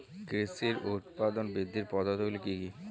কৃষির উৎপাদন বৃদ্ধির পদ্ধতিগুলি কী কী?